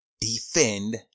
defend